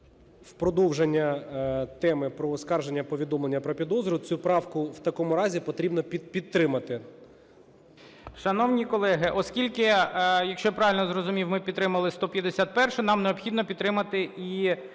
В продовження теми про оскарження повідомлення про підозру цю правку в такому разі потрібно підтримати. ГОЛОВУЮЧИЙ. Шановні колеги, оскільки, якщо я правильно зрозумів, ми підтримали 151-у, нам необхідно підтримати і